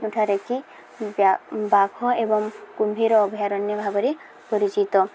ଯେଉଁଠାରେ କି ବାଘ ଏବଂ କୁମ୍ଭୀର ଅଭୟାରଣ୍ୟ ଭାବରେ ପରିଚିତ